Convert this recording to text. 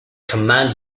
command